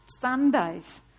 Sundays